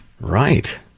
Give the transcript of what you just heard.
Right